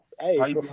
Hey